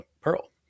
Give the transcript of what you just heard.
Pearl